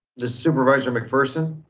the supervisor mcpherson.